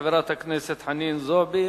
תודה לחברת הכנסת חנין זועבי.